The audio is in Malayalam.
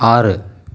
ആറ്